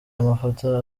amafoto